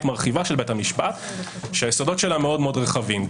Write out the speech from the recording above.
ומרחיבה שהיסודות שלה מאוד רחבים.